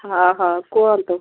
ହଁ ହଁ କୁହନ୍ତୁ